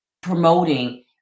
Promoting